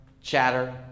chatter